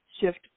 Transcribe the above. shift